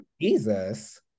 Jesus